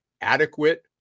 adequate